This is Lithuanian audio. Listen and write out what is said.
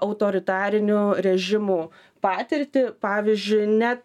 autoritarinių režimų patirtį pavyzdžiui ne